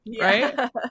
Right